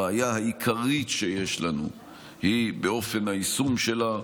הבעיה העיקרית שיש לנו היא באופן היישום שלה.